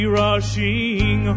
rushing